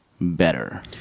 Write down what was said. better